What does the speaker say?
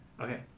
Okay